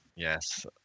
Yes